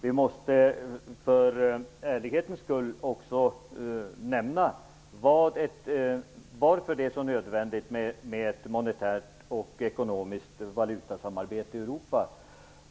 Vi måste för ärlighetens skulle också nämna varför det är så nödvändigt med ett monetärt och ekonomiskt valutasamarbete i Europa.